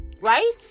right